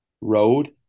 road